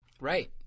Right